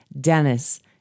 Dennis